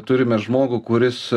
turime žmogų kuris